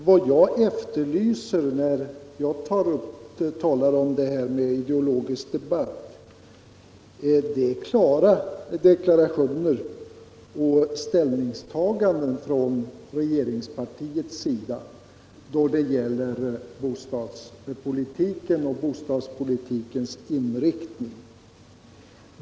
Herr talman! Till herr Bergman i Göteborg vill jag säga att vad jag efterlyser när jag talar om en ideologisk debatt är klara deklarationer och ställningstaganden från regeringspartiets sida då det gäller bostadspolitiken och dess inriktning.